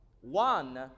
one